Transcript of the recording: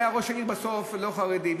היה ראש העיר בסוף לא חרדי.